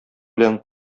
белән